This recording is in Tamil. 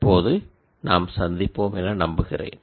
அப்போது நாம் சந்திப்போம் என நம்புகிறேன்